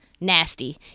nasty